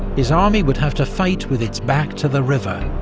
his army would have to fight with its back to the river,